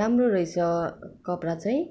राम्रो रहेछ कपडा चाहिँ